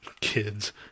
Kids